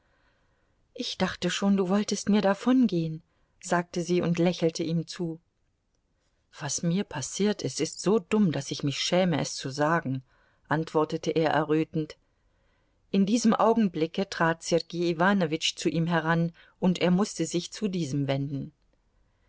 ich dachte schon du wolltest mir davongehen sagte sie und lächelte ihm zu was mir passiert ist ist so dumm daß ich mich schäme es zu sagen antwortete er errötend in diesem augenblicke trat sergei iwanowitsch zu ihm heran und er mußte sich zu diesem wenden